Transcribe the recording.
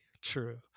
True